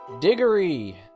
Diggory